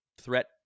threat